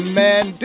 man